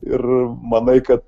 ir manai kad